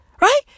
Right